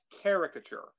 caricature